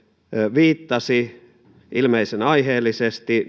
viittasi ilmeisen aiheellisesti